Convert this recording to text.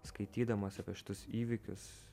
skaitydamas apie šituos įvykius